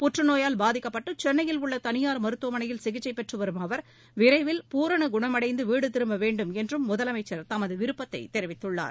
புற்றநோயால் பாதிக்கப்பட்டு சென்னையில் உள்ள தனியார் மருத்துவமனையில் சிகிச்சை பெற்று வரும் அவர் விரைவில் பூரண குணமடைந்து வீடு திரும்ப வேண்டும் என்றும் முதலமைச்சர் தமது விருப்பத்தை தெரிவித்துள்ளார்